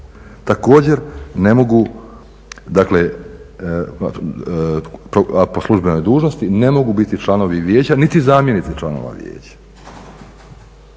također ne mogu, a po službenoj dužnosti, ne mogu biti članovi vijeća niti zamjenici članova vijeća.